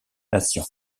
nation